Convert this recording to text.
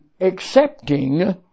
accepting